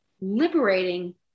liberating